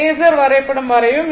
phasor வரைபடம் வரையவும்